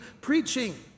preaching